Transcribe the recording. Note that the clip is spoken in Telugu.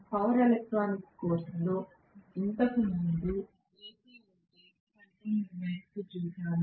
పవర్ ఎలక్ట్రానిక్స్ కోర్సులో ఇంతకు ముందు ఎసి వోల్టేజ్ కంట్రోలర్ వైపు చూశాము